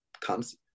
comes